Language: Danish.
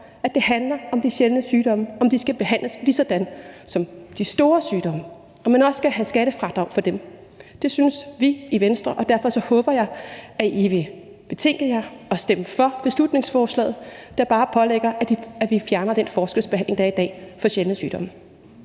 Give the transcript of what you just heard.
at det handler om de sjældne sygdomme: om de skal behandles ligesom de store sygdomme, og om man også skal have skattefradrag for dem. Det synes vi i Venstre, og derfor håber jeg, at I vil betænke jer og stemme for beslutningsforslaget, der bare pålægger, at vi fjerner den forskelsbehandling, der er i dag, af sjældne sygdomme.